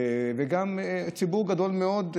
וגם ציבור גדול מאוד,